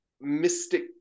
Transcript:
mystic